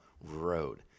road